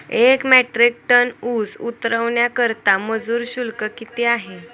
एक metric ton ऊस उतरवण्याकरता मजूर शुल्क किती आहे?